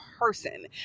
person